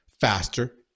faster